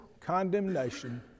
condemnation